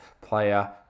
player